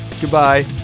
Goodbye